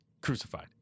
Crucified